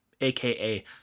aka